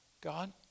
God